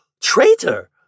Traitor